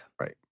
Right